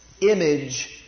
image